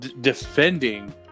defending